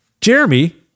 Jeremy